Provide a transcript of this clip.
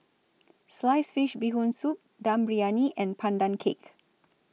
Sliced Fish Bee Hoon Soup Dum Briyani and Pandan Cake